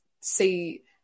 see